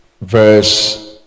verse